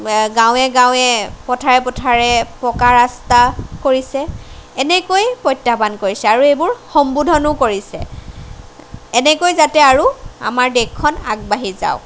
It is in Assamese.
গাঁৱে গাঁৱে পথাৰে পথাৰে পকা ৰাস্তা কৰিছে এনেকৈ প্ৰত্যাহ্বান কৰিছে আৰু এইবোৰ সম্বোধনো কৰিছে এনেকৈ যাতে আৰু আমাৰ দেশখন আগবাঢ়ি যাওক